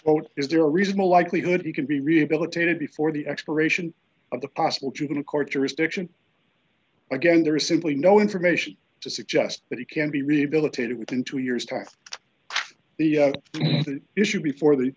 vote is there a reasonable likelihood he can be rehabilitated before the expiration of the possible juvenile court jurisdiction again there is simply no information to suggest that he can be rehabilitated within two years time the issue before the